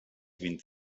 vint